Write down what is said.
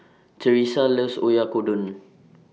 Terese loves Oyakodon